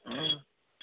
آ